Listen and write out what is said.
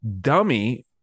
dummy